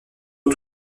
eux